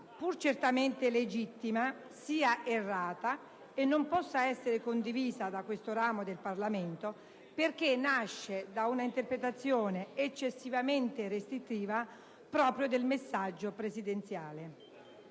pur certamente legittima, sia errata e non possa essere condivisa da questo ramo del Parlamento, perché nasce da un'interpretazione eccessivamente restrittiva proprio del messaggio presidenziale.